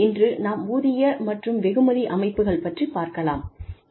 இன்று நாம் ஊதிய மற்றும் வெகுமதி அமைப்புகள் பற்றி பார்க்கலாம்